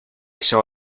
saw